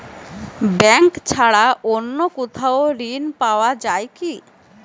Bank ছাড়া অন্য কোথাও ঋণ পাওয়া যায় কি?